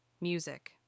Music